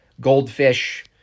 goldfish